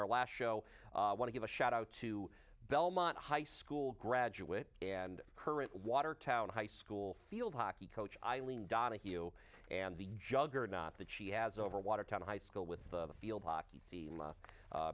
our last show i want to give a shout out to belmont high school graduate and current watertown high school field hockey coach eileen donoghue and the juggernaut that she has over watertown high school with the field hockey team